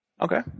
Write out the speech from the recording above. Okay